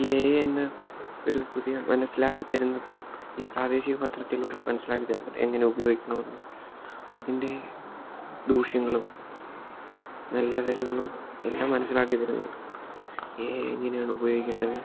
ഈ A I എന്ന ഒരു പുതിയ മനസ്സിലാക്കി തരുന്നത് ഈ പ്രാദേശിക പത്രത്തിലൂടെ മനസ്സിലാക്കി തരുന്നത് എങ്ങനെ ഉപയോഗിക്കണമെന്നും അതിൻ്റെ ദൂഷ്യങ്ങളും നല്ല തരങ്ങളും എല്ലാം മനസ്സിലാക്കി തരുന്നുണ്ട് എ ഐ എങ്ങനെയാണ് ഉപയോഗിക്കേണ്ടത്